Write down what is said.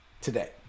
today